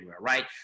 right